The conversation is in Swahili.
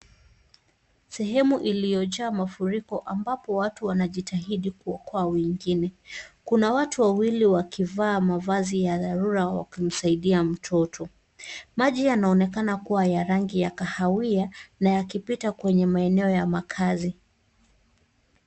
Sehemu iliyojaa mafuriko ambapo watu wanajitahidi kuwaokoa wengine. Kuna watu wawili wakivaa mavazi ya dharura wakimsaidia mtoto. Maji yanaonekana kuwa ya rangi nya kahawia na yakipita kwenye maeneo ya makazi.